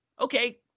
Okay